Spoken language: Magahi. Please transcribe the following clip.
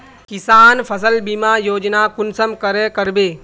किसान फसल बीमा योजना कुंसम करे करबे?